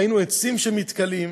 ראינו עצים שמתכלים,